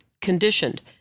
conditioned